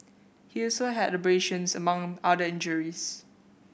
he also had abrasions among other injuries